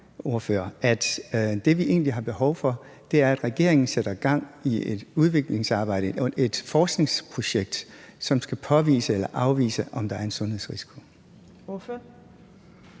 at det, vi egentlig har behov for, er, at regeringen sætter gang i et udviklingsarbejde, et forskningsprojekt, som skal påvise eller afvise, om der er en sundhedsrisiko?